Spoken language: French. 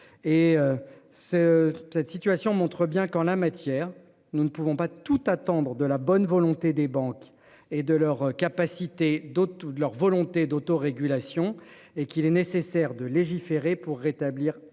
cette situation montre bien qu'en la matière. Nous ne pouvons pas toutes à tendre de la bonne volonté des banques et de leur capacité d'autres ou de leur volonté d'auto- régulation et qu'il est nécessaire de légiférer pour rétablir